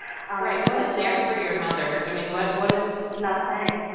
ah right. what is there for your mother? i mean, what what is. nothing,